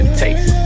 taste